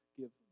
give